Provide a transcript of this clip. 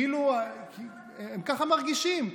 הם ככה מרגישים,